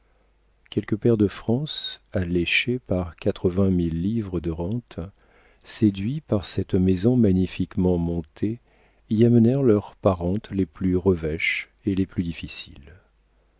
quelques pairs de france alléchés par quatre-vingt mille livres de rentes séduits par cette maison magnifiquement montée y amenèrent leurs parentes les plus revêches et les plus difficiles